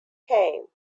came